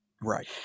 Right